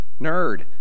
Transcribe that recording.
nerd